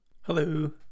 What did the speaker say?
Hello